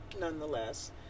nonetheless